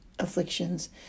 afflictions